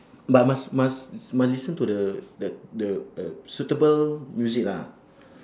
but must must must listen to the the the the suitable music lah